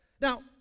Now